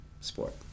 sport